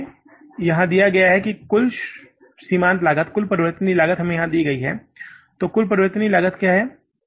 तो यह हमें यहाँ दिया गया है कुल सीमांत लागत कुल परिवर्तनीय लागत हमें दी गई है तो कुल परिवर्तनीय लागत क्या है